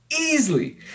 Easily